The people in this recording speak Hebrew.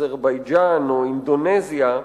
אזרבייג'ן או אינדונזיה,